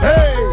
Hey